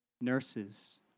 nurses